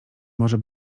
może